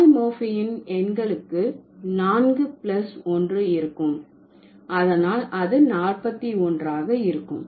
பாலிமோர்பியின் எண்களுக்கு நான்கு பிளஸ் ஒன்று இருக்கும் அதனால் அது நாற்பத்திஒன்று ஆக இருக்கும்